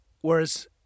whereas